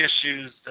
issues